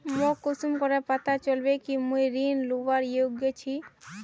मोक कुंसम करे पता चलबे कि मुई ऋण लुबार योग्य छी?